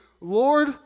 Lord